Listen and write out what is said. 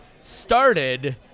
started